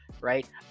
Right